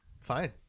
Fine